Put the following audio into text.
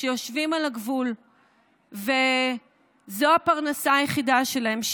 שיושבים על הגבול וזו הפרנסה היחידה שלהם,